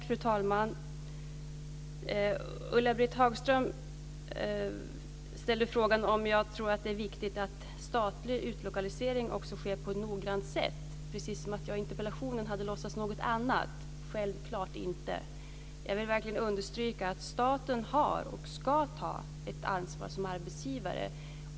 Fru talman! Ulla-Britt Hagström ställde frågan om jag tror att det är viktigt att statlig utlokalisering också sker på ett noggrant sätt, precis som om jag i interpellationssvaret hade låtsats något annat. Jag vill verkligen understryka att staten har, och ska ta, ett ansvar som arbetsgivare.